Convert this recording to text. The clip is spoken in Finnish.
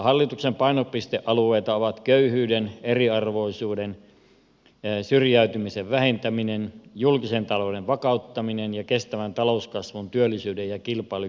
hallituksen painopistealueita ovat köyhyyden eriarvoisuuden syrjäytymisen vähentäminen julkisen talouden vakauttaminen ja kestävän talouskasvun työllisyyden ja kilpailukyvyn vahvistaminen